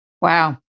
Wow